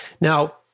Now